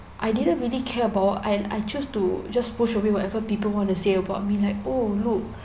I didn't really care about and I choose to just push away whatever people want to say about me like oh look